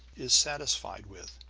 is satisfied with.